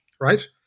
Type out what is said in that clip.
right